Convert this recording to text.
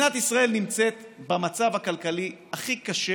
ישראל נמצאת במצב הכלכלי הכי קשה